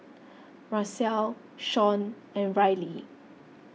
Marcelle Shon and Rillie